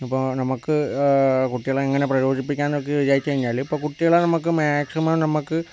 അപ്പോൾ നമുക്ക് കുട്ടികളെ എങ്ങനെ പ്രചോദിപ്പിക്കാന്നൊക്കെ വിചാരിച്ച് കഴിഞ്ഞാല് ഇപ്പോ കുട്ടികളെ നമുക്ക് മാക്സിമം നമ്മുക്ക്